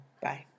Bye